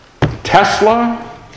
Tesla